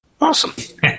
Awesome